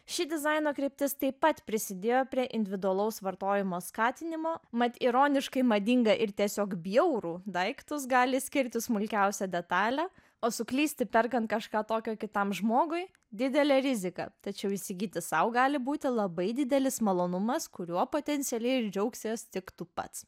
ši dizaino kryptis taip pat prisidėjo prie individualaus vartojimo skatinimo mat ironiškai madingą ir tiesiog bjaurų daiktus gali skirti smulkiausia detalė o suklysti perkant kažką tokio kitam žmogui didelė rizika tačiau įsigyti sau gali būti labai didelis malonumas kuriuo potencialiai ir džiaugsies tik tu pats